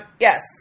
yes